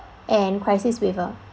and crisis waiver